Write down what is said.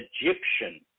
Egyptian